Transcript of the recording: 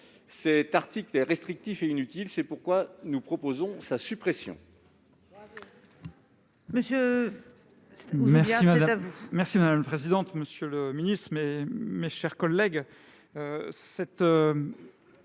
Cet article est restrictif et inutile, c'est pourquoi nous proposons sa suppression.